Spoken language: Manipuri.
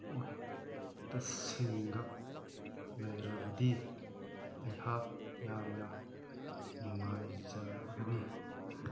ꯁꯤꯡꯒ ꯂꯩꯔꯕꯗꯤ ꯑꯩꯍꯥꯛ ꯌꯥꯝꯅ ꯅꯨꯡꯉꯥꯏꯖꯒꯅꯤ